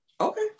Okay